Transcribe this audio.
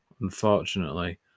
unfortunately